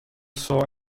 saw